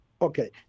Okay